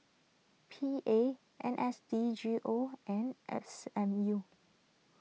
P A N S D G O and S M U